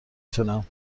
تونم